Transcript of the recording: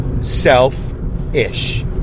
self-ish